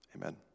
Amen